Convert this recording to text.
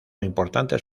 importantes